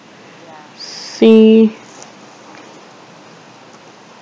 see